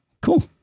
Cool